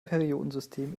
periodensystem